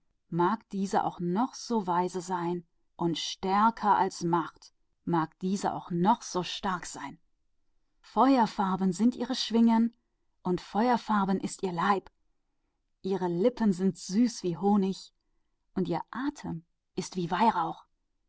die auch weise ist und mächtiger als macht wenn die auch mächtig ist flammfarben sind ihre flügel und flammfarben ist ihr leib ihre lippen sind süß wie honig und ihr atem ist wie weihrauch